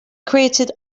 created